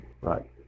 Right